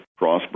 Crossbreed